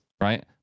right